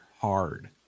hard